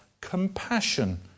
compassion